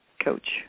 coach